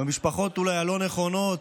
במשפחות הלא-נכונות,